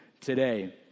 today